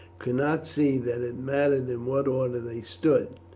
could not see that it mattered in what order they stood.